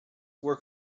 were